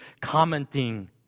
commenting